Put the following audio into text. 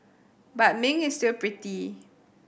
but Ming is still pretty